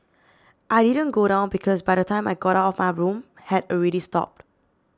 I didn't go down because by the time I got out of my room had already stopped